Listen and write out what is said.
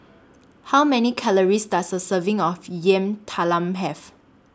How Many Calories Does A Serving of Yam Talam Have